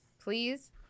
please